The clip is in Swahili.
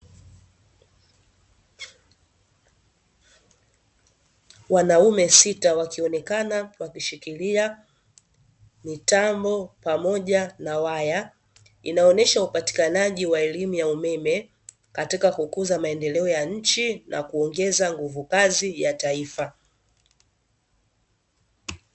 Wanaume sita wakionekana wakishikilia mitambo pamoja na waya, inaonyesha upatikanaji wa elimu ya umeme katika kukuza maendeleo ya nchi na kuongeza nguvu kazi ya taifa.